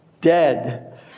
dead